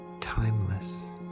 timeless